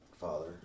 Father